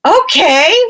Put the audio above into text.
okay